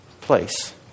place